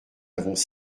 avons